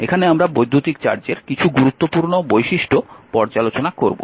এখানে আমরা বৈদ্যুতিক চার্জের কিছু গুরুত্বপূর্ণ বৈশিষ্ট্য পর্যালোচনা করব